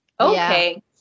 Okay